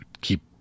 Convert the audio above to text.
keep